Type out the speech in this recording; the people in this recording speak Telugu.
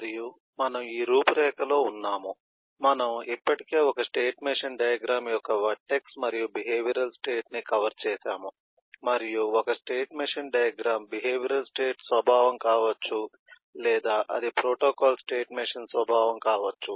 మరియు మనము ఈ రూపురేఖలో ఉన్నాము మనము ఇప్పటికే ఒక స్టేట్ మెషీన్ డయాగ్రమ్ యొక్క వర్టెక్స్ మరియు బిహేవియరల్ స్టేట్ ని కవర్ చేసాము మరియు ఒక state machine diagram behavioural state స్వభావం కావచ్చు లేదా అది ప్రోటోకాల్ స్టేట్ మెషీన్ స్వభావం కావచ్చు